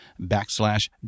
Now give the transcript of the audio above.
backslash